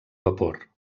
vapor